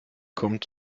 kommt